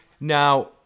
Now